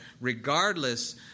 regardless